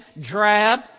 drab